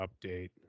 update